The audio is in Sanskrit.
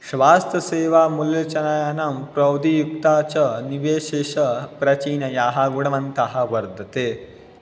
स्वास्थ्यसेवामुल्ये चयनानां प्रौढयुक्ता च निवेशे च प्राचीनाः गुणवन्ताः वर्तते